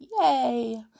Yay